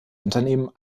unternehmen